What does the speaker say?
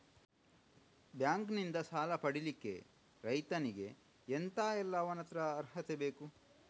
Bank ನಿಂದ ಸಾಲ ಪಡಿಲಿಕ್ಕೆ ರೈತನಿಗೆ ಎಂತ ಎಲ್ಲಾ ಅವನತ್ರ ಅರ್ಹತೆ ಬೇಕು?